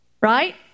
Right